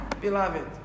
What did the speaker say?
beloved